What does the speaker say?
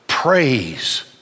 Praise